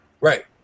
Right